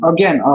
Again